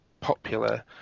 popular